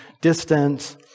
distant